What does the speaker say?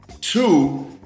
Two